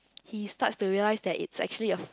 he start the real life that it actually a